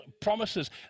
promises